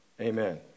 Amen